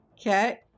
Okay